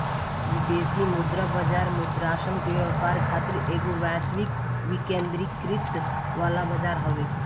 विदेशी मुद्रा बाजार मुद्रासन के व्यापार खातिर एगो वैश्विक विकेंद्रीकृत वाला बजार हवे